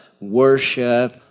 worship